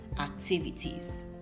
activities